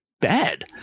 bad